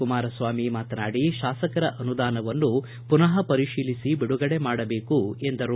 ಕುಮಾರಸ್ನಾಮಿ ಶಾಸಕರ ಅನುದಾನವನ್ನು ಪುನಃ ಪರಿಶೀಲಿಸಿ ಬಿಡುಗಡೆ ಮಾಡಬೇಕು ಎಂದರು